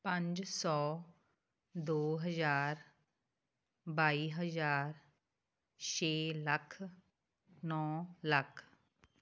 ਪੰਜ ਸੌ ਦੋ ਹਜ਼ਾਰ ਬਾਈ ਹਜ਼ਾਰ ਛੇ ਲੱਖ ਨੌ ਲੱਖ